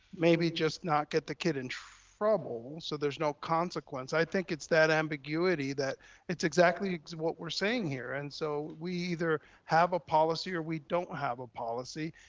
maybe just not get the kid in trouble. so there's no consequence, i think it's that ambiguity. that it's exactly what we're saying here. and so we either have a policy or we don't have a policy.